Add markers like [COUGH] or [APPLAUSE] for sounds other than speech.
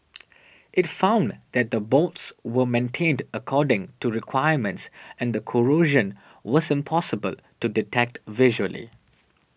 [NOISE] it found that the bolts were maintained according to requirements and the corrosion was impossible to detect visually